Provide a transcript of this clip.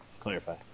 clarify